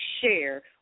share